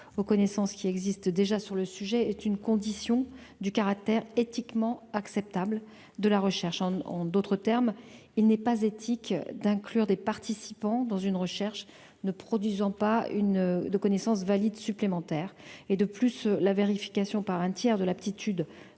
aux connaissances qui existe déjà sur le sujet est une condition du caractère éthiquement acceptable de la recherche en d'autres termes, il n'est pas éthique d'inclure des participants dans une recherche ne produisant pas une de connaissances valide supplémentaires et de plus, la vérification par un tiers de l'aptitude